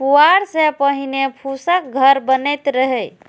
पुआर सं पहिने फूसक घर बनैत रहै